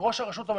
ראש הרשות לא ממנה.